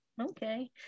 Okay